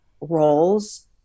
roles